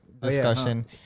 discussion